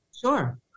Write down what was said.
Sure